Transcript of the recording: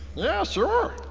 yeah, sure.